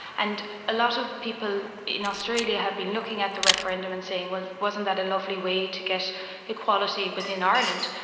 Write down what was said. and a lot of people in australia have been looking at the referendum and saying, well, wasn't that a lovely way to get equality within ireland.